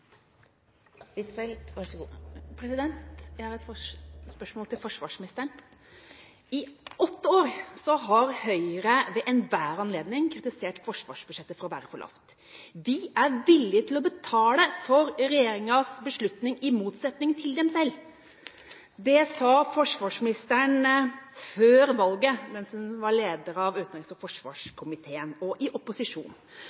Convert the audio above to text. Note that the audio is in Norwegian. Jeg har et spørsmål til forsvarsministeren: I åtte år har Høyre ved enhver anledning kritisert forsvarsbudsjettet for å være for lavt. «Vi er villige til å betale for regjeringas beslutninger i motsetning til dem selv.» Dette sa forsvarsministeren før valget, mens hun var leder av utenriks- og